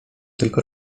tylko